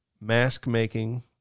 mask-making